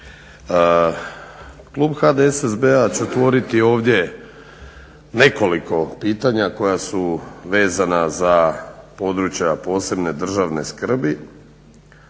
Klub HDSSB-a će otvoriti ovdje nekoliko pitanja koja su vezana za područja posebne državne skrbi